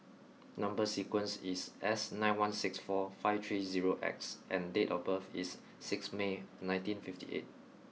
number sequence is S nine one six four five three zero X and date of birth is six May nineteen fifty eight